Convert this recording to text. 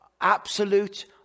absolute